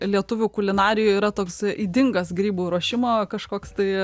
lietuvių kulinarijoje yra toks ydingas grybų ruošimo kažkoks tai